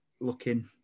looking